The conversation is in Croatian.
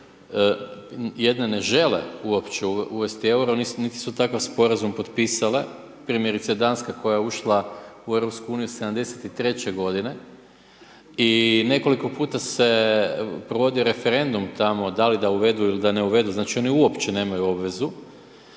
jedne ne žele uopće uvesti EUR-o niti su takav sporazum potpisale, primjerice Danska koja je ušla u EU '73. godine i nekoliko puta se provodio referendum tamo da li da uvedu ili da ne uvedu, znači oni uopće nemaju obvezu.